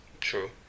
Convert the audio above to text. true